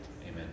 Amen